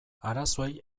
arazoei